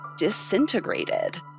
disintegrated